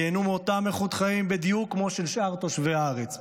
ייהנו מאותה איכות חיים בדיוק כמו של שאר תושבי הארץ,